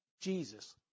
Jesus